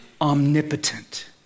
omnipotent